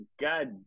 God